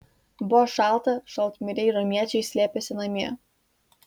buvo šalta šaltmiriai romiečiai slėpėsi namie